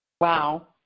Wow